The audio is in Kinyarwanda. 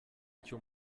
icyo